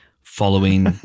following